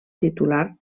titular